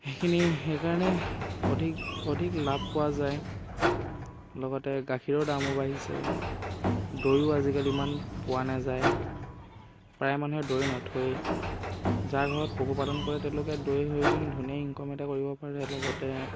সেইখিনি সেইকাৰণে অধিক অধিক লাভ পোৱা যায় লগতে গাখীৰৰ দামো বাঢ়িছে দৈও আজিকালি ইমান পোৱা নাযায় প্ৰায় মানুহে দৈ নথৈ যাৰ ঘৰত পশুপালন কৰে তেওঁলোকে দৈ হৈ কি ধুনীয়া ইনকম এটা কৰিব পাৰে লগতে